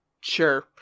Sure